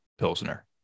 pilsner